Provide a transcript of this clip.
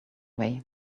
way